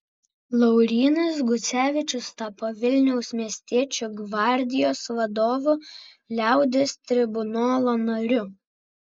laurynas gucevičius tapo vilniaus miestiečių gvardijos vadovu liaudies tribunolo nariu